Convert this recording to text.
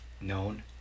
known